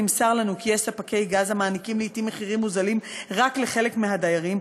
נמסר לנו כי יש ספקי גז המעניקים לעתים מחירים מוזלים רק לחלק מהדיירים,